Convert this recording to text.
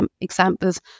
examples